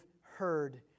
heard